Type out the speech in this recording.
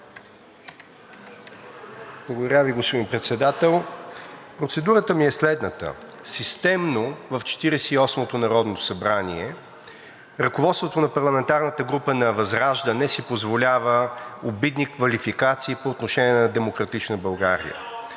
Благодаря Ви, господин Председател. Процедурата ми е следната. Системно в Четиридесет и осмото народно събрание ръководство на парламентарната група на ВЪЗРАЖДАНЕ си позволява обидни квалификации по отношение на „Демократична България“.